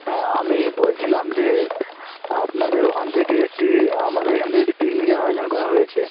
হ্যাঁ আমি বলছিলাম যে আপনাদের ওখান থেকে একটি আমাদের এখান থেকে একটি পিকনিকের আয়োজন করা হয়েছে